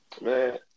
man